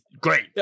great